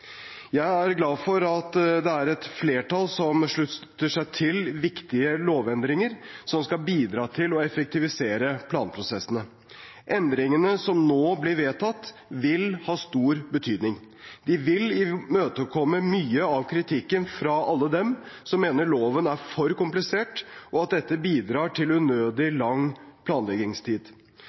Jeg er glad for at det er et flertall som slutter seg til viktige lovendringer som skal bidra til å effektivisere planprosessene. Endringene som nå blir vedtatt, vil ha stor betydning. De vil imøtekomme mye av kritikken fra alle dem som mener loven er for komplisert, og at dette bidrar til unødig lang planleggingstid.